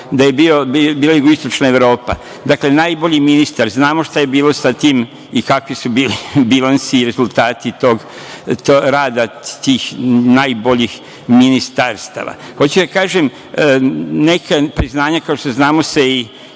da je bila jugoistočna Evropa. Dakle, najbolji ministar. Znamo šta je bilo sa tim i kakvi su bili bilansi i rezultati rada tih najboljih ministarstava. Hoću da kažem neka priznanja se, kao što znamo, i